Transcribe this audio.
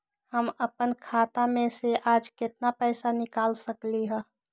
हम अपन खाता में से आज केतना पैसा निकाल सकलि ह?